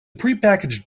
prepackaged